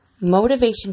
Motivation